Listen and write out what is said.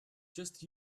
just